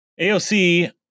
AOC